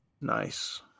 Nice